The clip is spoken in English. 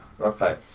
Okay